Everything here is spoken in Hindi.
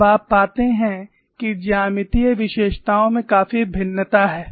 अब आप पाते हैं कि ज्यामितीय विशेषताओं में काफी भिन्नता है